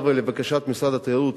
לבקשת משרד התיירות,